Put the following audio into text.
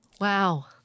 Wow